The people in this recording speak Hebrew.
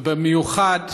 ובמיוחד